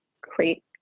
create